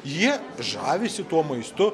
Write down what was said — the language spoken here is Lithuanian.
jie žavisi tuo maistu